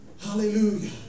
Hallelujah